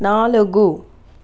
నాలుగు